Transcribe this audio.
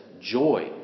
joy